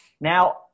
Now